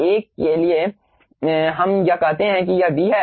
तो पहले के लिए हम यह कहते हैं कि यह बी है